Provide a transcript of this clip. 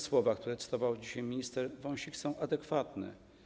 Słowa, które cytował dzisiaj minister Wąsik, są adekwatne.